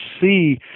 see